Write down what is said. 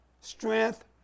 strength